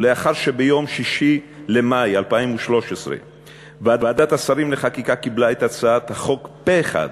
ולאחר שביום 6 במאי 2013 קיבלה ועדת השרים לחקיקה את הצעת החוק פה-אחד,